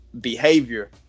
behavior